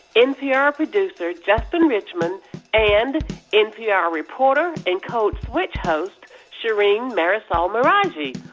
npr producer justin richmond and npr reporter and code switch host shereen marisol meraji.